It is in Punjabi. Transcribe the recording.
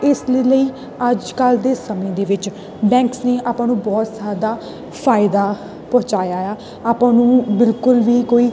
ਇਸ ਦੇ ਲਈ ਅੱਜ ਕੱਲ੍ਹ ਦੇ ਸਮੇਂ ਦੇ ਵਿੱਚ ਬੈਂਕਸ ਨੇ ਆਪਾਂ ਨੂੰ ਬਹੁਤ ਜ਼ਿਆਦਾ ਫਾਇਦਾ ਪਹੁੰਚਾਇਆ ਆ ਆਪਾਂ ਨੂੰ ਬਿਲਕੁਲ ਵੀ ਕੋਈ